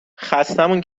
خستهمون